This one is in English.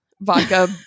vodka